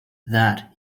that